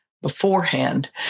Beforehand